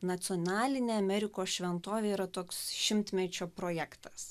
nacionalinė amerikos šventovė yra toks šimtmečio projektas